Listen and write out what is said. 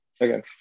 Okay